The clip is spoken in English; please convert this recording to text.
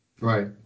Right